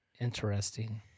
Interesting